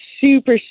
super